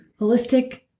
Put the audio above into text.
holistic